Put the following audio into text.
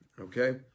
okay